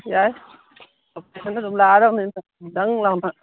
ꯌꯥꯏ ꯏꯊꯟꯇ ꯑꯗꯨꯝ ꯂꯥꯛꯑꯗꯣꯏꯅꯤꯅ ꯗꯪ ꯂꯥꯎꯅ